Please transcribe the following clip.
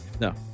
No